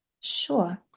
Sure